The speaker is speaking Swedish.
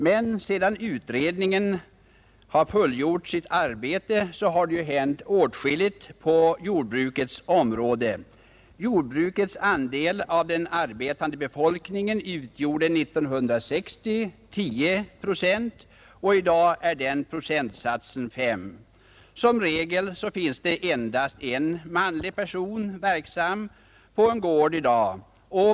Men sedan utredningen fullgjort sitt arbete har det ju hänt åtskilligt på jordbrukets område. Jordbrukets andel av den arbetande befolkningen utgjorde år 1960 10 procent, och i dag är den procentsatsen 5. Som regel finns det i dag endast en manlig person verksam på en gård.